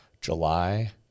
July